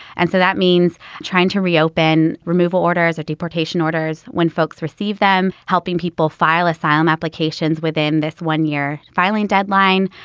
and so that means trying to re-open removal orders or deportation orders when folks receive them, helping people file asylum applications within this one year filing deadline.